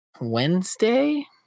Wednesday